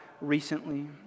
recently